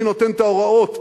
מי נותן את ההוראות?